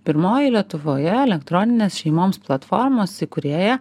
pirmoji lietuvoje elektroninės šeimoms platformos įkūrėja